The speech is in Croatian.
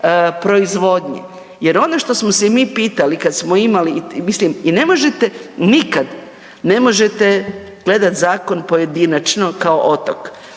proizvodnje jer ono što smo se mi pitali kad smo imali, mislim i ne možete nikad, ne možete gledat zakon pojedinačno kao otok,